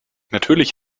natürlich